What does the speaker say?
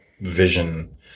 vision